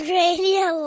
radio